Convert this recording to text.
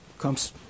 comes